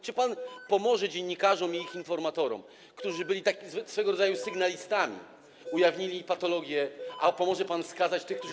Czy pan pomoże dziennikarzom i ich informatorom, którzy byli swego rodzaju sygnalistami, ujawnili patologie, pomoże pan skazać tych, którzy.